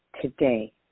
today